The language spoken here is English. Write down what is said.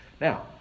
Now